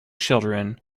children